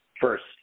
first